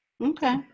Okay